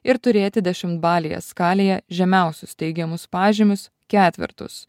ir turėti dešimtbalėje skalėje žemiausius teigiamus pažymius ketvertus